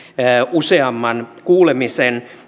useamman kuulemisen